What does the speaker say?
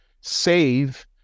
save